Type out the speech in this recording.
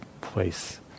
place